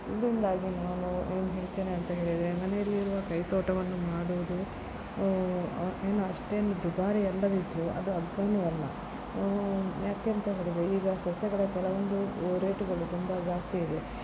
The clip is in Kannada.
ಇದರಿಂದಾಗಿ ನಾನು ಏನು ಹೇಳ್ತೇನೆ ಅಂತ ಹೇಳಿದರೆ ಮನೆಯಲ್ಲಿರುವ ಕೈತೋಟವನ್ನು ಮಾಡುವುದು ಏನು ಅಷ್ಟೇನೂ ದುಬಾರಿ ಅಲ್ಲದಿದ್ದರೂ ಅದು ಅಗ್ಗವೂ ಅಲ್ಲ ಯಾಕೆ ಅಂತ ಹೇಳಿದರೆ ಈಗ ಸಸ್ಯಗಳ ಕೆಲವೊಂದು ರೇಟುಗಳು ತುಂಬ ಜಾಸ್ತಿ ಇದೆ